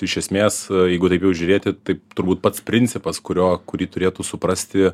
iš esmės jeigu taip jau žiūrėti taip turbūt pats principas kurio kurį turėtų suprasti